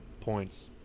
points